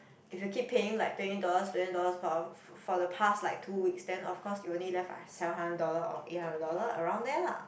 if you keep paying like twenty dollars twenty dollars from for the past like two weeks then of course you only left seven hundred dollar or eight hundred dollar around there lah